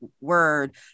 word